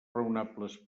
raonables